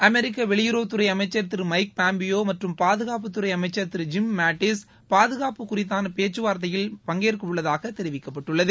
அமெரிக்க வெளியுறவுத் துறை அமைச்சர் திரு மைக் பாம்பியோ மற்றும் பாதுகாப்பு துறை அமைச்சர் திரு ஜிம் மேட்டிஸ் பாதுகாப்பு குறித்தான பேச்சுவார்த்தையில் பங்கேற்க உள்ளதாக தெரிவிக்கப்பட்டுள்ளது